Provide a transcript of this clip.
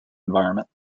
environment